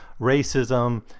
racism